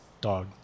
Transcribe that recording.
Dog